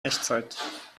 echtzeit